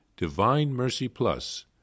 Divinemercyplus